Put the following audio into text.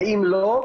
ואם לא,